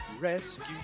Rescue